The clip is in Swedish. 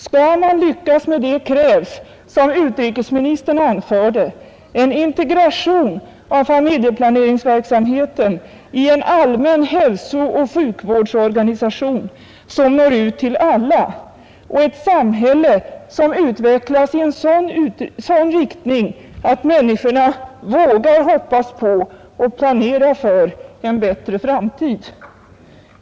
Skall man lyckas med det, krävs, som utrikesministern anförde, en integration av familjeplaneringsverksamheten i en allmän hälsooch sjukvårdsorganisation, som når ut till alla, och ett samhälle som utvecklas i sådan riktning att människorna vågar hoppas på och planera för en bättre framtid.